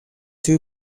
two